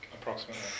Approximately